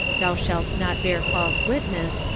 thou shalt not bear false witness,